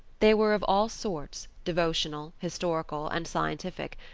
they were of all sorts, devotional, historical, and scientific,